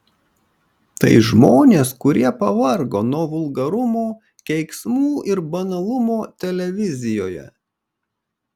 tai žmonės kurie pavargo nuo vulgarumo keiksmų ir banalumo televizijoje